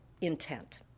intent